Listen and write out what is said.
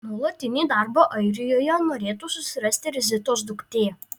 nuolatinį darbą airijoje norėtų susirasti ir zitos duktė